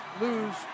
lose